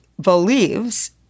believes